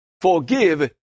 forgive